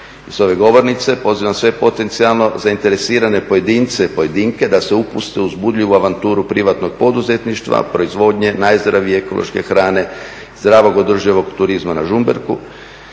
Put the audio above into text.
Iz ove govornice pozivam sve potencijalno zainteresirane pojedince i pojedinke da se upuste u uzbudljivu avanturu privatnog poduzetništva, proizvodnje najzdravije ekološke hrane, zdravog održivog turizma na Žumberku,